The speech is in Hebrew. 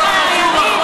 הבנתי.